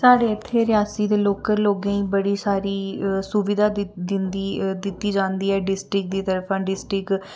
साढ़े इत्थें रियासी दे लोकल लोकें गी बड़ी सारी सुविधा दिंदी दित्ती जंदी ऐ डिस्टिक दी तरफा डिस्टिक